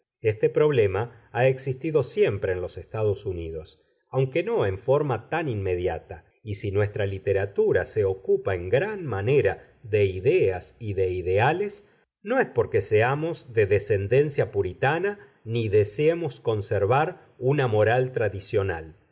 este problema ha existido siempre en los estados unidos aunque no en forma tan inmediata y si nuestra literatura se ocupa en gran manera de ideas y de ideales no es porque seamos de descendencia puritana ni deseemos conservar una moral tradicional